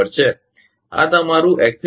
આગળ તમારું ẋ3